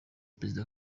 perezida